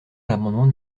l’amendement